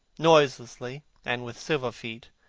noiselessly, and with silver feet,